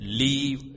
leave